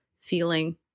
feeling